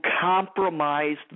compromised